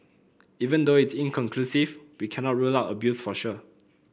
even though it's inconclusive we cannot rule out abuse for sure